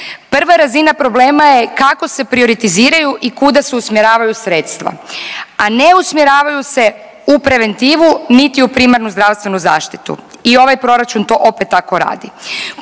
Prva razina problema je kao se prioritiziraju i kuda se usmjeravaju sredstva, a ne usmjeravaju se u preventivu niti u primarnu zdravstvenu zaštitu i ovaj proračun to opet tako radi